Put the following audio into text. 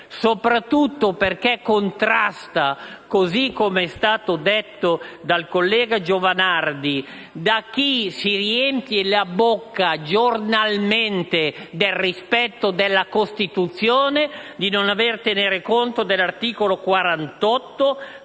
soprattutto perché, così come è stato detto dal collega Giovanardi, chi si riempie la bocca giornalmente del rispetto della Costituzione, non ha tenuto conto dell'articolo 68